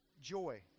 joy